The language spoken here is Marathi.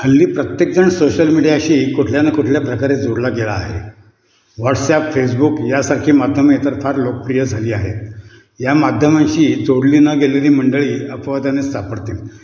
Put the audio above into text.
हल्ली प्रत्येकजण सोशल मीडियाशी कुठल्या न कुठल्या प्रकारे जोडला गेला आहे व्हॉट्सॲप फेसबुक यासारखे माध्यमे तर फार लोकप्रिय झाली आहेत या माध्यमांशी जोडली न गेलेली मंडळी अपवादानेच सापडतील